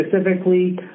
specifically